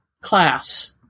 class